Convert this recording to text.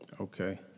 Okay